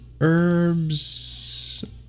herbs